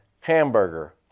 hamburger